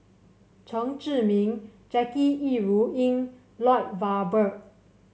Chen Zhiming Jackie Yi Ru Ying Lloyd Valberg